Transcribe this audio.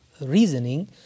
reasoning